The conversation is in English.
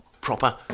Proper